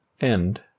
End